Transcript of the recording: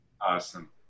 Awesome